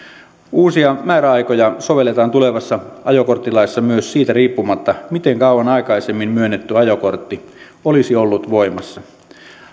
uusia määräaikoja sovelletaan tulevassa ajokorttilaissa myös siitä riippumatta miten kauan aikaisemmin myönnetty ajokortti olisi ollut voimassa